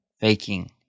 faking